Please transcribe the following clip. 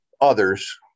others